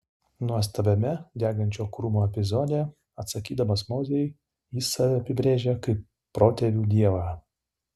nuostabiame degančio krūmo epizode atsakydamas mozei jis save apibrėžia kaip protėvių dievą